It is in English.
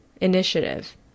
initiative